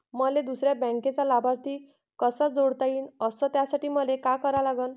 मले दुसऱ्या बँकेचा लाभार्थी कसा जोडता येईन, अस त्यासाठी मले का करा लागन?